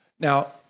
Now